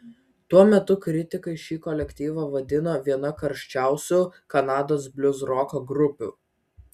tuo metu kritikai šį kolektyvą vadino viena karščiausių kanados bliuzroko grupių